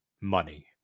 money